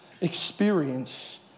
experience